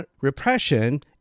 repression